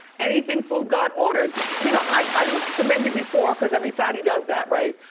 anything foodgod ordered. you know i looked at the menu before cause every fatty does that, right?